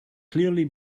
clearly